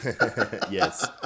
Yes